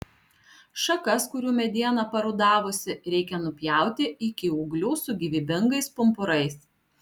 šakas kurių mediena parudavusi reikia nupjauti iki ūglių su gyvybingais pumpurais